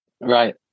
Right